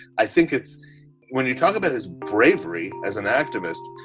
i think it's when you talk about his bravery as an activist,